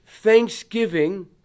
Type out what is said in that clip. Thanksgiving